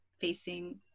facing